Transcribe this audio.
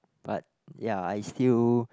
but ya I still